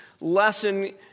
lesson